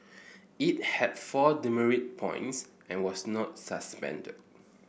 it had four demerit points and was not suspended